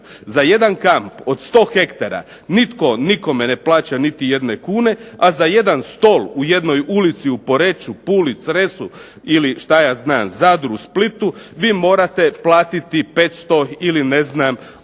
za jedan kamp od 100 hektara nitko nikome ne plaća niti jedne kune, a za jedan stol u jednoj ulici u Poreču, Puli, Cresu ili što ja znam Zadru, Splitu vi morate platiti 500 ili ne znam koliko